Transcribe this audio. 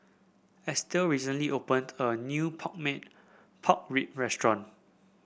Estel recently opened a new pork pork rib restaurant